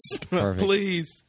please